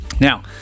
Now